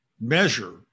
measure